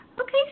Okay